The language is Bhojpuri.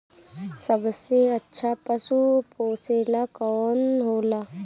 सबसे अच्छा पशु पोसेला कौन होला?